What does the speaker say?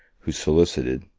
who solicited,